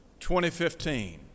2015